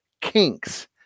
kinks